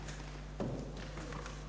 Hvala i vama.